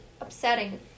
upsetting